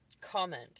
comment